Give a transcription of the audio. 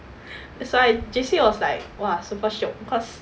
that's why J_C was like !wah! super shiok cause